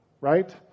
right